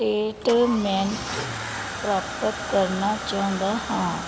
statement ਪ੍ਰਾਪਤ ਕਰਨਾ ਚਾਹੁੰਦਾ ਹਾਂ